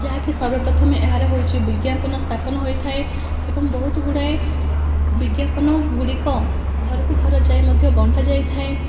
ଯାହାକି ସର୍ବ ପ୍ରଥମେ ଏହାର ହେଉଛି ବିଜ୍ଞାପନ ସ୍ଥାପନ ହୋଇଥାଏ ଏବଂ ବହୁତ ଗୁଡ଼ାଏ ବିଜ୍ଞାପନ ଗୁଡ଼ିକ ଘରକୁ ଘର ଯାଇ ମଧ୍ୟ ବଣ୍ଟା ଯାଇଥାଏ